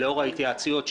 לאור ההתייעצויות,